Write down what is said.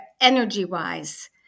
energy-wise